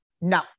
No